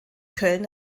köln